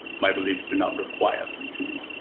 my beliefs do not require them to.